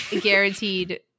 Guaranteed